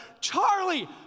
Charlie